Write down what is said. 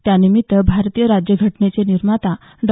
त्यानिमित्त भारतीय राज्यघटनेचे निर्माता डॉ